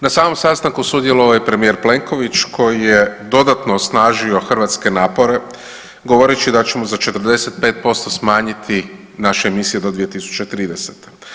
Na samom sastanku sudjelovao je premijer Plenković koji je dodatno osnažio Hrvatske napore govoreći da ćemo za 45% smanjiti naše emisije do 2030.